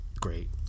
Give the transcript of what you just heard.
great